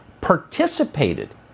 participated